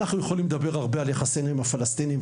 אנחנו יכולים לדבר הרבה על יחסינו עם הפלסטיניים,